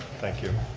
thank you.